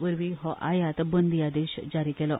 वरवी हो आयात बंदी आदेश जारी केलो